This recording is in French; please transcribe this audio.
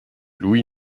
louis